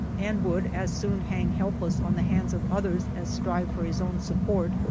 and would as soon hang lielpless on the hands of others as strive for his own support,